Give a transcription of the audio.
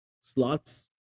slots